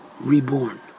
reborn